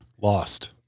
lost